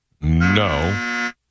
No